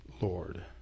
Lord